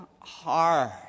hard